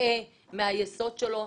מוטעה מיסודו.